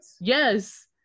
Yes